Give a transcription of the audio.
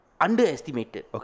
underestimated